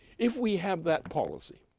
if we have that policy,